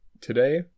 today